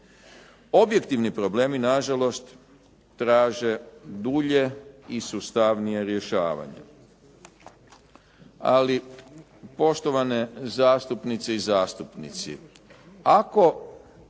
Objektivni problemi nažalost traže dulje i sustavnije rješavanje. Ali poštovane zastupnice i zastupnici, ako